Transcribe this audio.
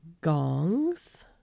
gongs